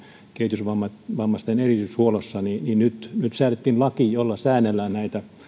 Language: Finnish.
kehitysvammaisten erityishuollossa säädettiin laki jolla säännellään